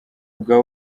bwa